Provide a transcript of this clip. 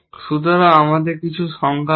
সুতরাং আমাদের কিছু সংজ্ঞা আছে